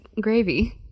gravy